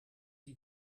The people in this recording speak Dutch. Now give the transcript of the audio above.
die